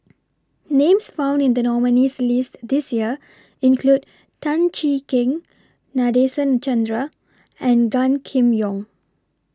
Names found in The nominees' list This Year include Tan Cheng Kee Nadasen Chandra and Gan Kim Yong